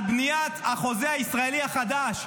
על בניית החוזה הישראלי החדש,